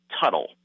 Tuttle